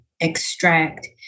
extract